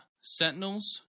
Sentinels